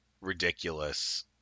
ridiculous